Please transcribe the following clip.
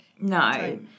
No